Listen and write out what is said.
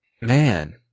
man